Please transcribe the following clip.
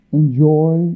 enjoy